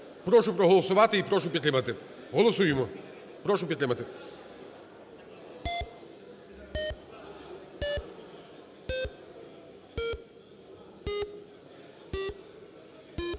Прошу проголосувати і прошу підтримати. Голосуємо. Прошу підтримати.